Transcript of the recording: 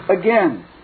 again